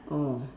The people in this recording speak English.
orh